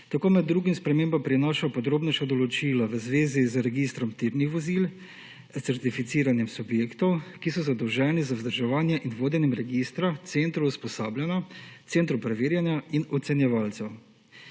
Tako med drugim sprememba prinaša podrobnejša določila v zvezi z registrom tirnih vozil, certificiranjem subjektov, ki so zadolženi za vzdrževanje in vodenje registra, centrov usposabljanja, centrov preverjanja in ocenjevalcev.